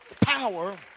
Power